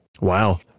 Wow